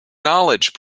knowledge